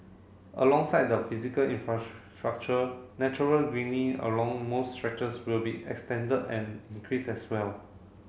alongside the physical natural along most stretches will be extended and increased as well